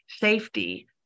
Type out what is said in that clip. safety